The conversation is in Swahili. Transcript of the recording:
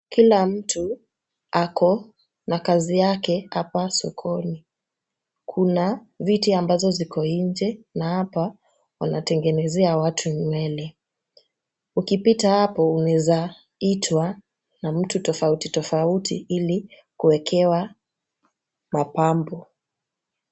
Kila mtu ako na kazi yake hapa sokoni. Kuna viti ambazo ziko nje na hapa wanatengenezea watu nywele. Ukipita hapo unaeza itwa na mtu tofauti tofauti ili kuekewa mapambo.